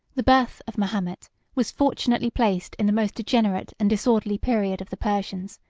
the birth of mahomet was fortunately placed in the most degenerate and disorderly period of the persians,